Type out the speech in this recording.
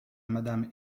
madame